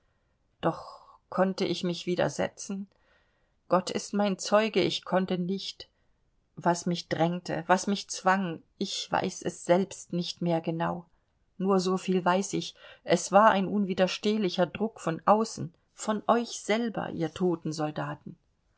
doch konnte ich mich widersetzen gott ist mein zeuge ich konnte nicht was mich drängte was mich zwang ich weiß es selbst nicht mehr genau nur so viel weiß ich es war ein unwiderstehlicher druck von außen von euch selber ihr toten soldaten